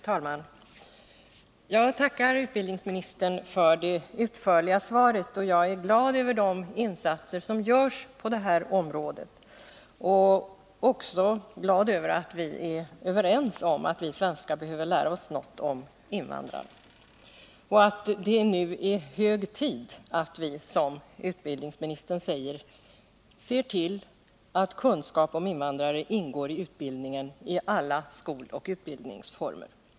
Fru talman! Jag tackar utbildningsministern för det utförliga svaret. Jag är glad över de insatser som görs på det här området. Jag är också glad över att vi är överens om att vi svenskar behöver lära oss något om invandrarna och att det nu, som utbildningsministern säger, är ”hög tid” att vi ”ser till att kunskap om invandrare ingår i utbildningen i alla skoloch utbildningsformer”.